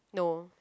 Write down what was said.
no